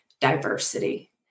diversity